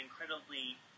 incredibly